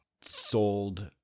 sold